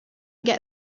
get